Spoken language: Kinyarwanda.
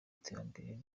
iterambere